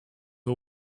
who